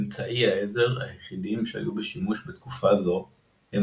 אמצעי העזר היחידים שהיו בשימוש בתקופה זו הם